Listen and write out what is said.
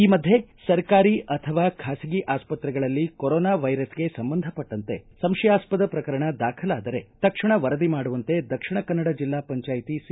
ಈ ಮಧ್ಯೆ ಸರ್ಕಾರಿ ಅಥವಾ ಖಾಸಗಿ ಆಸ್ವತ್ರೆಗಳಲ್ಲಿ ಕೊರೋನಾ ವೈರಸ್ಗೆ ಸಂಬಂಧಪಟ್ಟಂತೆ ಸಂಶಯಾಸ್ವದ ಪ್ರಕರಣ ದಾಖಲಾದರೆ ತಕ್ಷಣ ವರದಿ ಮಾಡುವಂತೆ ದಕ್ಷಿಣ ಕನ್ನಡ ಜಿಲ್ಲಾ ಪಂಚಾಯ್ತಿ ಸಿ